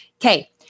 Okay